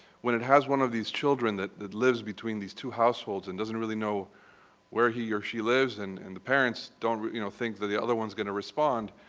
when it has one of these children that that lives between these two households and doesn't really know where he or she lives and and the parents don't you know think the the other one is going to respond,